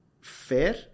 fair